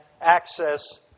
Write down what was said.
access